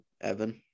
Evan